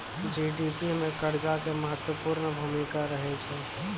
GDP मे कर्जा के महत्वपूर्ण भूमिका रहै छै